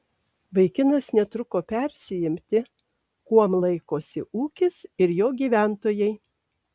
vaikinas netruko persiimti kuom laikosi ūkis ir jo gyventojai